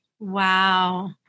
Wow